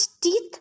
teeth